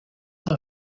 the